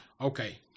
Okay